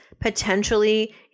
potentially